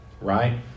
Right